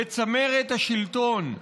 בצמרת השלטון,